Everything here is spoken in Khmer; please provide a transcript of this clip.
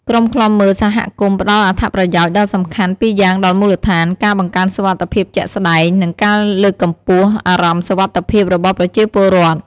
ក្រុមឃ្លាំមើលសហគមន៍ផ្តល់អត្ថប្រយោជន៍ដ៏សំខាន់ពីរយ៉ាងដល់មូលដ្ឋាន ការបង្កើនសុវត្ថិភាពជាក់ស្តែង និងការលើកកម្ពស់អារម្មណ៍សុវត្ថិភាពរបស់ប្រជាពលរដ្ឋ។